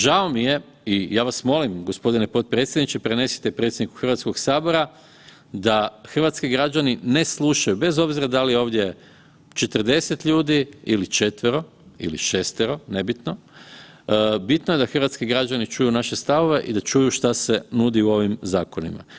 Žao mi je i ja vas molim gospodine potpredsjedniče prenesite predsjedniku Hrvatskog sabora da hrvatski građani ne slušaju, bez obzira da li je ovdje 40 ljudi ili 4 ili 6 nebitno, bitno je da naši građani čuju naše stavove i da čuju šta se nudi u ovim zakonima.